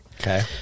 Okay